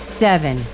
seven